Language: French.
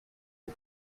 aux